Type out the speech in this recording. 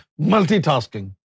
Multitasking